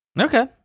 Okay